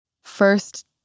First